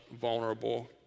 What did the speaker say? vulnerable